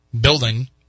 building